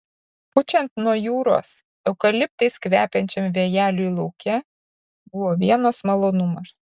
pučiant nuo jūros eukaliptais kvepiančiam vėjeliui lauke buvo vienas malonumas